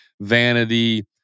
vanity